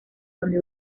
donde